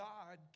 God